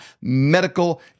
medical